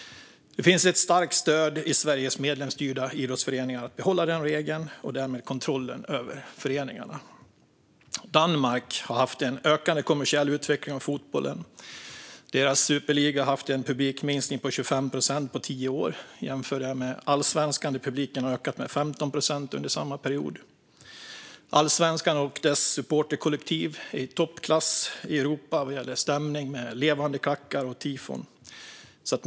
Det finns ett starkt stöd i Sveriges medlemsstyrda idrottsföreningar för att behålla regeln och därmed kontrollen över föreningarna. Danmark har haft en ökande kommersiell utveckling av fotbollen. Deras superliga har haft en publikminskning på 25 procent på tio år, jämfört med Allsvenskan där publiken har ökat med 15 procent under samma period. Allsvenskan och dess supporterkollektiv är i toppklass i Europa vad gäller stämning, levande klackar och tifon.